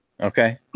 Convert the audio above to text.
Okay